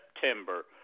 September